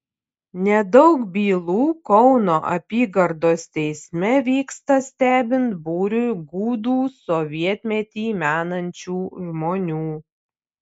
nedaug bylų kauno apygardos teisme vyksta stebint būriui gūdų sovietmetį menančių žmonių